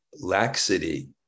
laxity